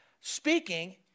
speaking